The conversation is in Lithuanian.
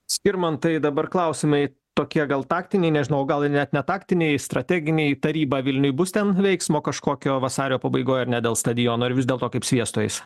skirmantai dabar klausimai tokie gal taktiniai nežinau gal net ne taktiniai strateginiai taryba vilniuj bus ten veiksmo kažkokio vasario pabaigoj ar ne dėl stadiono ir vis dėlto kaip sviestu eis